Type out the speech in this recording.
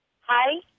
hi